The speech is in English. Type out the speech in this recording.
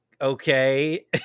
okay